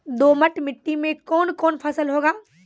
दोमट मिट्टी मे कौन कौन फसल होगा?